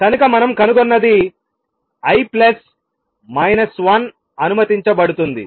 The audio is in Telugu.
కనుక మనం కనుగొన్నది l ప్లస్ మైనస్ 1 అనుమతించబడుతుంది